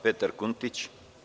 Petar Kuntić.